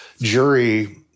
jury